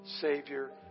Savior